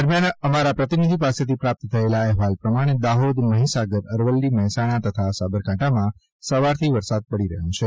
દરમ્યાન અમારા પ્રતિનિધિ પાસેથી પ્રાપ્ત થયેલા અહેવાલ પ્રમાણે દાહોદ મહીસાગર અરવલ્લી મહેસાણા તથા સાબરકાંઠામાં સવારથી વરસાદ પડી રહ્યો છે